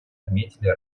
отметили